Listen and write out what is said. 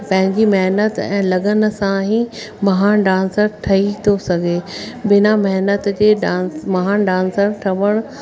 पंहिंजी महिनत ऐं लगन सां ई महान डांसर ठही थो सघे बिना महिनत जे डांस महान डांसर ठवण